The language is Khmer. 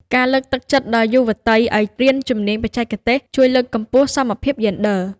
ការលើកទឹកចិត្តដល់យុវតីឱ្យរៀនជំនាញបច្ចេកទេស ជួយលើកកម្ពស់សមភាពយេនឌ័រ។